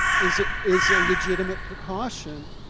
is ah is a legitimate precaution,